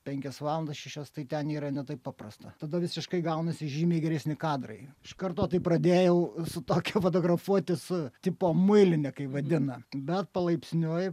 penkias valandas šešias tai ten yra ne taip paprasta tada visiškai gaunasi žymiai geresni kadrai iš karto tai pradėjau su tokia fotografuoti su tipo muiline kaip vadina bet palaipsniui